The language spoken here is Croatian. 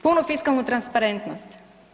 Punu fiskalnu transparentnost.